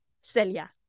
Celia